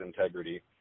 integrity